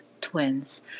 twins